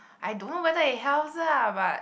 I don't know whether it helps ah but